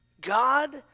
God